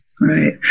Right